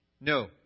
no